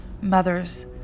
Mothers